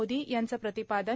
मोदी यांचं प्रतिपादन